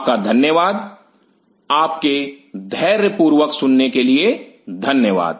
आपका धन्यवाद आपके धैर्य पूर्वक सुनने के लिए धन्यवाद